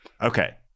Okay